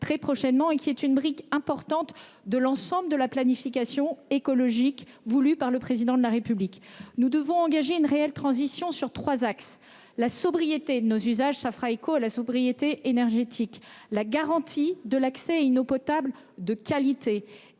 très prochainement, qui est une brique importante de l'ensemble de la planification écologique voulue par le Président de la République. Nous devons engager une réelle transition sur trois axes : la sobriété de nos usages- elle fera écho à la sobriété énergétique -, la garantie de l'accès à une eau potable de qualité